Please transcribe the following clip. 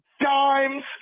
dimes